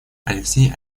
алексей